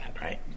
right